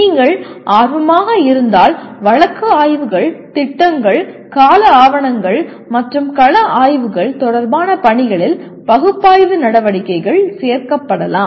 நீங்கள் ஆர்வமாக இருந்தால் வழக்கு ஆய்வுகள் திட்டங்கள் கால ஆவணங்கள் மற்றும் கள ஆய்வுகள் தொடர்பான பணிகளில் பகுப்பாய்வு நடவடிக்கைகள் சேர்க்கப்படலாம்